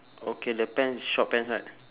okay the pants short pants right